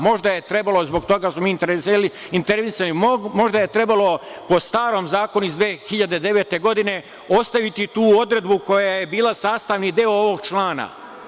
Možda je tu trebalo, zato smo mi intervenisali, možda je trebalo po starom zakonu iz 2009. godine ostaviti tu odredbu koja je bila sastavni deo ovog člana.